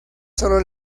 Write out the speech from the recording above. solo